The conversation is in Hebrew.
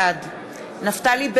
בעד נפתלי בנט,